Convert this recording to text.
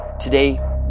today